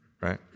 right